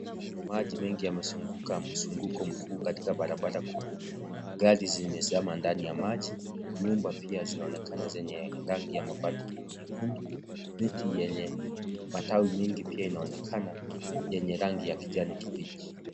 Maji mengi yamezunguka mzunguko mkuu katika barabara kuu, gari zimezama ndani ya maji, nyumba pia zinaonekana zenye rangi ya mabati nyekundu. Miti yenye matawi mengi pia inaonekana yenye rangi ya kijani kibichi.